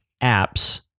apps